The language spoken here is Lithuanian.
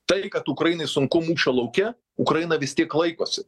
tai kad ukrainai sunku mūšio lauke ukraina vis tiek laikosi